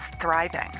thriving